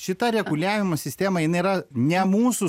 šita reguliavimo sistemai jinai yra ne mūsų